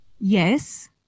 yes